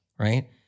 Right